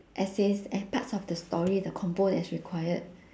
essays and parts of the story the compo that's required